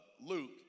Luke